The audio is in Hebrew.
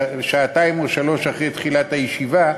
שעתיים או שלוש שעות אחרי תחילת הישיבה,